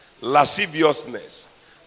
lasciviousness